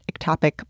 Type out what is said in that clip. ectopic